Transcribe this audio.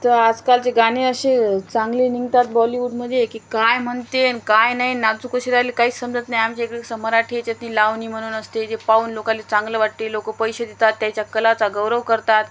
तर आजकालचे गाणे असे चांगले निघतात बॉलिवूडमध्ये की काय म्हणते आणि काय नाही नाचू कशी राहिले काहीच समजत नाही आमच्या इकडे स मराठी ह्याच्यातली लावणी म्हणून असते जे पाहून लोकांना चांगलं वाटते लोकं पैसे देतात त्याच्या कलेचा गौरव करतात